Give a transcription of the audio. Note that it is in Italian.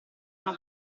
una